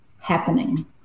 happening